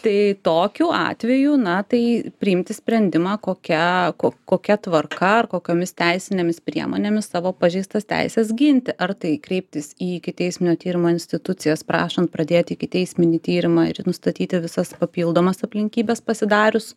tai tokiu atveju na tai priimti sprendimą kokia kokia tvarka ar kokiomis teisinėmis priemonėmis savo pažeistas teises ginti ar tai kreiptis į ikiteisminio tyrimo institucijas prašant pradėti ikiteisminį tyrimą ir nustatyti visas papildomas aplinkybes pasidarius